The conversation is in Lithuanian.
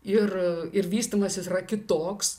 ir ir vystymasis yra kitoks